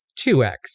2X